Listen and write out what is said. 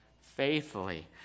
faithfully